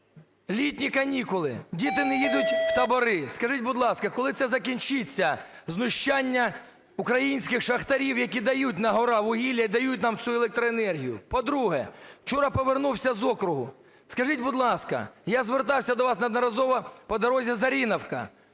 Літні канікули - діти не їдуть в табори. Скажіть, будь ласка, коли це закінчиться, знущання українських шахтарів, які дають на-гора вугілля і дають нам цю електроенергію? По-друге, вчора повернувся з округу. Скажіть, будь ласка, я звертався до вас неодноразово по дорозі Зоринівка.